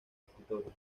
escritorio